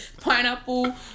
pineapple